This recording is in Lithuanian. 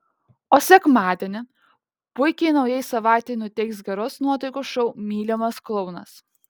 o sekmadienį puikiai naujai savaitei nuteiks geros nuotaikos šou mylimas klounas